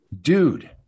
dude